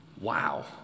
Wow